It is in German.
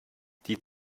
die